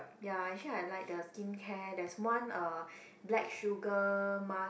ya actually I like the skincare there's one uh black sugar mask